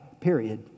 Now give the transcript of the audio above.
period